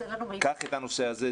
תיקח את הנושא הזה,